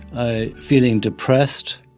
ah feeling depressed,